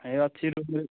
ଏ ଅଛି ରୁମ୍ରେ